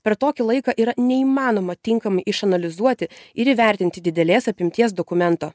per tokį laiką yra neįmanoma tinkamai išanalizuoti ir įvertinti didelės apimties dokumento